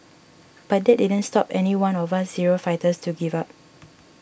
but that didn't stop any one of us zero fighters to give up